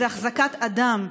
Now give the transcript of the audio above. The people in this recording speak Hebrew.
היא החזקת אדם,